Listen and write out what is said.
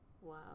Wow